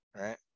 right